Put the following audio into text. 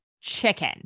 chicken